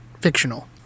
fictional